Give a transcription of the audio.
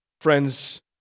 Friends